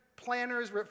planners